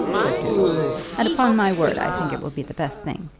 said doodles and upon my word i think it will be the best thing.